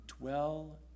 dwell